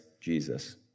Jesus